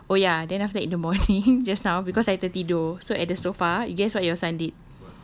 and then oh ya then after that in the morning just now cause I tertidur so at the sofa you guess what your son did